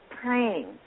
Praying